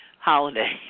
holiday